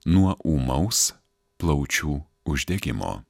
nuo ūmaus plaučių uždegimo